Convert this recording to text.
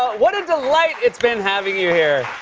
what a delight it's been having you here.